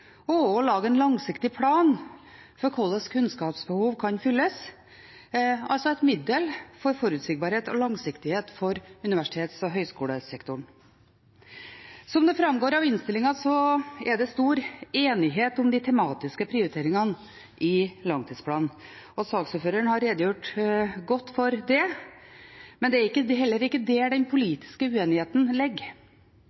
og å lage en langsiktig plan for hvordan kunnskapsbehov kan fylles – altså et middel for forutsigbarhet og langsiktighet for universitets- og høyskolesektoren. Som det framgår av innstillingen, er det stor enighet om de tematiske prioriteringene i langtidsplanen, og saksordføreren har redegjort godt for det. Men det er heller ikke der den